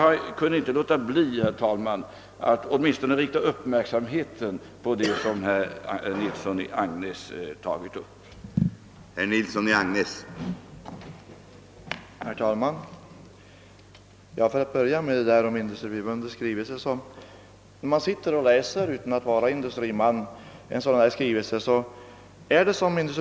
Jag kunde dock inte underlåta, herr talman, att åtminstone rikta uppmärksamheten på de frågor som herr Nilsson i Agnäs tog